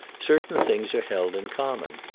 certain things are held in common,